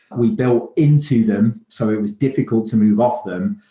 we built into them, so it was difficult to move off them.